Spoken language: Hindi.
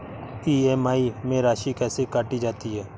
ई.एम.आई में राशि कैसे काटी जाती है?